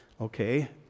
okay